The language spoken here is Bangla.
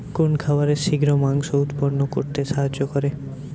কোন খাবারে শিঘ্র মাংস উৎপন্ন করতে সাহায্য করে?